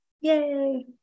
Yay